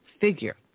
figure